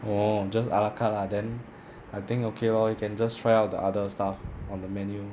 orh just ala carte lah then I think okay lor you can just try out the other stuff on the menu